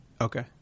Okay